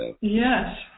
Yes